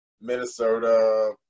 Minnesota